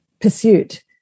pursuit